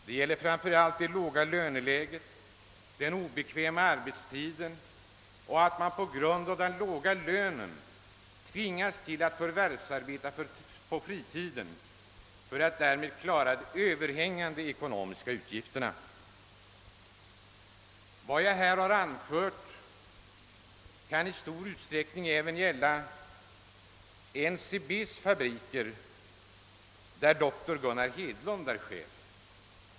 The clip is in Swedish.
Det gäller framför allt det låga löneläget, den obekväma arbetstiden och det förhållandet att man på grund av den låga lönen tvingas förvärvsarbeta på fritiden för att klara de mest oundgängliga utgifterna. Vad jag nu anfört kan i stor utsträckning även gälla NCB:s fabriker i Ådalen, där dr Gunnar Hedlund är chef.